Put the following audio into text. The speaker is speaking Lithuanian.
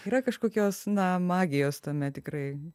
yra kažkokios na magijos tame tikrai